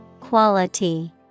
Quality